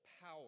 power